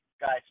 guys